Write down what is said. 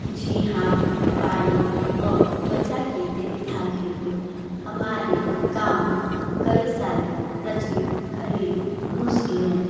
जी हाँ बालों और त्वचा की देखभाल के लिए हमारे गाँव में कई सारे प्रचलित घरेलू नुस्खें हैं